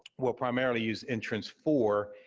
will primarily use entrance four,